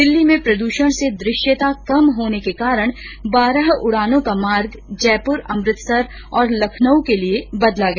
दिल्ली में प्रदूषण से दृष्यता कम होने के कारण बारह उड़ानों का मार्ग जयपुर अमृतसर और लखनऊ के लिए बदला गया